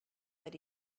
that